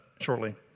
shortly